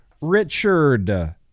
Richard